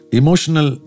emotional